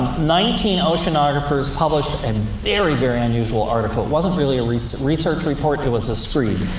nineteen oceanographers published a very, very unusual article. it wasn't really a research research report it was a screed.